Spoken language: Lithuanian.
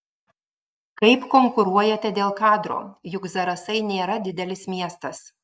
kaip konkuruojate dėl kadro juk zarasai nėra didelis miestas